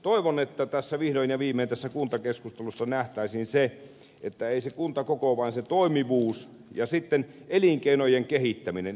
toivon että tässä kuntakeskustelussa vihdoin ja viimein nähtäisiin se että ei se kuntakoko vaan se toimivuus ja sitten elinkeinojen kehittäminen